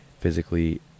physically